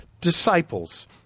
disciples